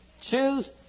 Choose